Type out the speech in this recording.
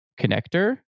connector